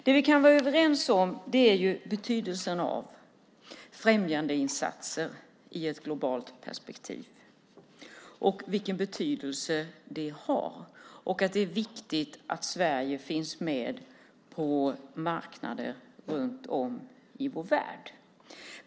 Det vi kan vara överens om är vilken betydelse främjandeinsatser har i ett globalt perspektiv och att det är viktigt att Sverige finns med på marknader runt om i vår värld.